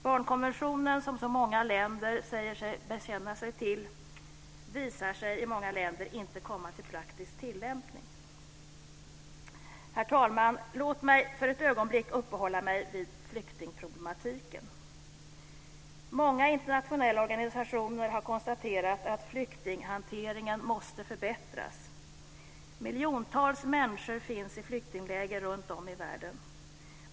Barnkonventionen, som så många länder säger sig bekänna sig till, visar sig i många länder inte komma till praktisk tillämpning. Herr talman! Låt mig för ett ögonblick uppehålla mig vid flyktingproblematiken. Många internationella organisationer har konstaterat att flyktinghanteringen måste förbättras. Miljontals människor finns i flyktingläger runtom i världen.